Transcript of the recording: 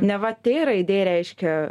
neva t raidė reiškia